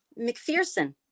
McPherson